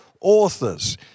authors